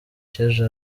cy’ejo